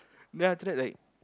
then after that like